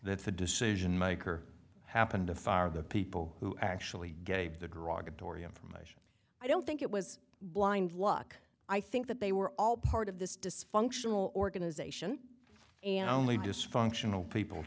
the decision maker happened to fire the people who actually gave the derogatory information i don't think it was blind luck i think that they were all part of this dysfunctional organization and i only dysfunctional people